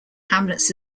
hamlets